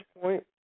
point